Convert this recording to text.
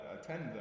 attend